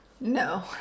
No